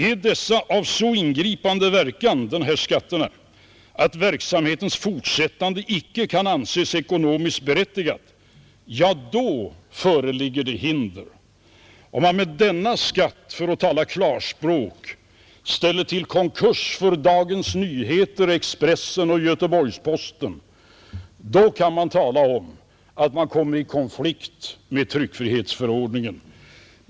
Är skatten så ingripande att verksamhetens fortsättande icke kan anses ekonomiskt berättigat, då föreligger det hinder. Om man med denna skatt, för att tala klarspråk, ställer till konkurs för Dagens Nyheter, Expressen och Göteborgsposten, då kan det talas om att man kommer i konflikt med tryckfrihetsförordningen.